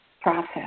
process